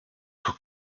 tout